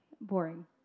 boring